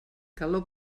calor